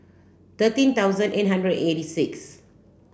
thirteen thousand eight hundred eighty six